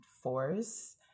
force